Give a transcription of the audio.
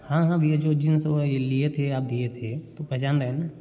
हाँ हाँ भैया जो जींस वही लिए थे आप दिए थे तो पहचान रहे हैं ना